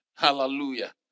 Hallelujah